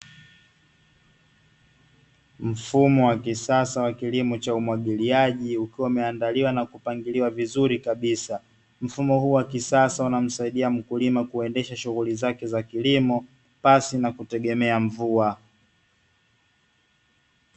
Mfumo wa kisasa wa kilimo cha umwagiliaji ukiwa umeandaliwa na kupangiliwa vizuri kabisa. Mfumo huu wa kisasa unamsaidia mkulima kuendesha shughuli zake za kilimo pasipo kutegemea mvua.